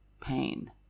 pain